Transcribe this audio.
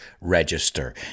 register